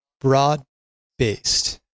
broad-based